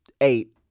eight